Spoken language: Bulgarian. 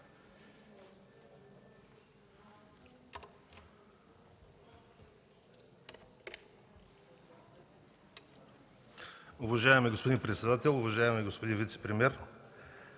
Уважаеми господин председател, уважаеми господин вицепремиер!